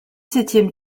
septième